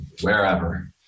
wherever